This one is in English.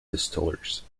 distillers